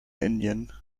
indian